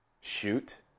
shoot